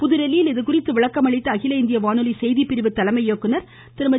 புதுதில்லியில் இதுகுறித்து விளக்கம் அளித்த அகில இந்திய வானொலி செய்திப்பிரிவு தலைமை இயக்குனர் திருமதி